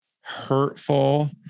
hurtful